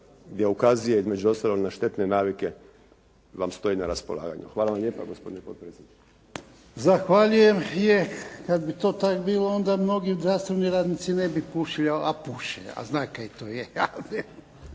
gdje ukazuje između ostalog na štetne navike vam stoji na raspolaganju. Hvala vam lijepa gospodine potpredsjedniče. **Jarnjak, Ivan (HDZ)** Zahvaljujem. Je, kad bi to tak bilo onda mnogi zdravstveni radnici ne bi pušili, a puše, a zna kaj to je.